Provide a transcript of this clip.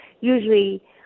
usually